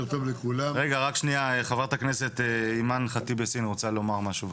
חברת הכנסת אימאן חטיב ואסין רוצה לומר משהו.